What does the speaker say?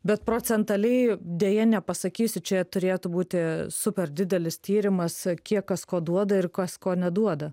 bet procentaliai deja nepasakysiu čia turėtų būti super didelis tyrimas kiek kas ko duoda ir kas ko neduoda